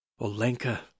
Olenka